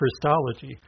Christology